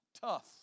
tough